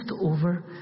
over